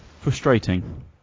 frustrating